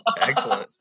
excellent